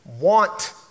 want